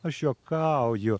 aš juokauju